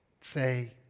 say